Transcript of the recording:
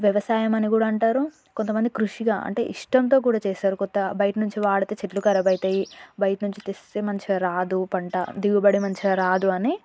వ్యవసాయం అని కూడా అంటారు కొంతమంది కృషిగా అంటే ఇష్టంతో కూడా చేశారు కొత్త బయటి నించి వాడితే చెట్లు ఖరాబవుతయి బయట నుంచి తెస్తే మంచిగా రాదు పంట దిగుబడి మంచిగా రాదు అని